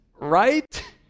Right